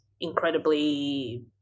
incredibly